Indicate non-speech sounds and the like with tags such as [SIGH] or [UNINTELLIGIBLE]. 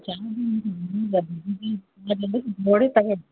[UNINTELLIGIBLE] ನೋಡಿ ತಗೊಳಿ